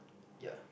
ya